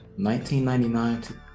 1999